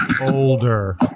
older